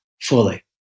fully